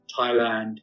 Thailand